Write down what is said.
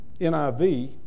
NIV